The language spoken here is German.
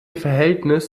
verhältnis